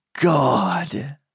god